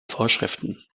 vorschriften